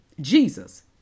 Jesus